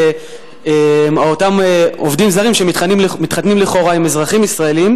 זה אותם עובדים זרים שמתחתנים לכאורה עם אזרחים ישראלים